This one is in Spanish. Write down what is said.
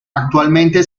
actualmente